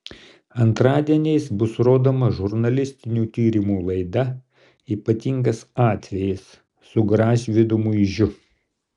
antradieniais bus rodoma žurnalistinių tyrimų laida ypatingas atvejis su gražvydu muižiu